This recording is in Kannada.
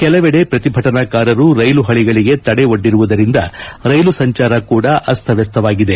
ಕೆಲವೆಡೆ ಪ್ರತಿಭಟನಾಕಾರರು ರೈಲು ಹಳಿಗಳಿಗೆ ತಡೆ ಒಡ್ಡಿರುವುದರಿಂದ ರೈಲು ಸಂಚಾರ ಕೂಡ ಅಸ್ತವ್ಯಸ್ತವಾಗಿದೆ